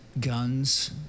guns